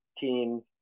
teams